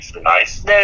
Nice